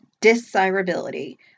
Desirability